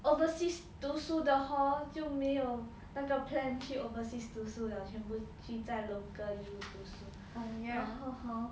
overseas 读书的 hor 就没有那个 plan 去 overseas 读书了全部聚在 local U 读书然后 hor